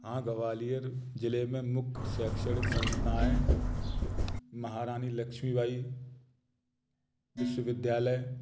हाँ गवालियर जिले में मुख्य शैक्षणिक संस्थाएँ महारानी लक्ष्मीबाई विश्वविद्यालय